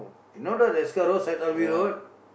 you know the Deskar road Syed Alwi road